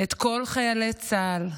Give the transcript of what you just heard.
את כל חיילי צה"ל,